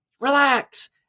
Relax